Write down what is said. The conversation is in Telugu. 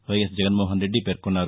వైఎస్ జగన్మోహన్రెడ్డి పేర్కొన్నారు